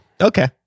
Okay